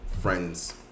friends